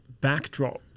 backdrop